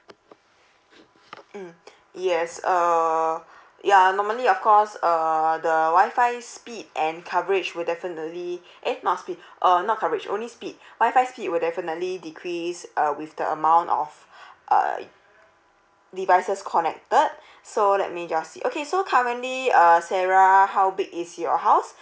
mm yes err ya normally of course err the wi-fi speed and coverage will definitely it must be uh not coverage only speed wi-fi you will definitely decrease uh with the amount of uh devices connected so let me just see okay so currently uh sarah how big is your house